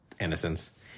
innocence